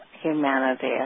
humanity